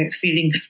feeling